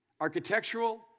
Architectural